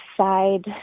side